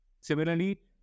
Similarly